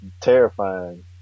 terrifying